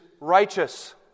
righteous